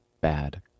bad